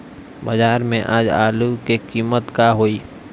बाजार में आज आलू के कीमत का होई?